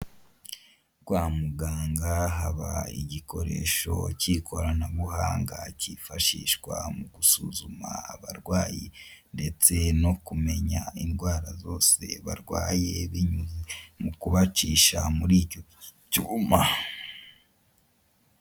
Kwa muganga haba igikoresho cy'ikoranabuhanga cyifashishwa mu gusuzuma abarwayi, ndetse no kumenya indwara zose barwaye binyuze mu kubacisha muri icyo cyuma.